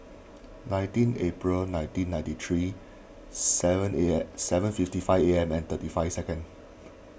nineteen April nineteen ninety three seven seven fifty five A M and thirty five second